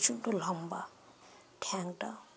প্রচণ্ড লম্বা ঠ্যাংটা